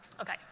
Okay